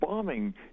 Bombing